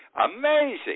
Amazing